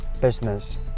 business